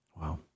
Wow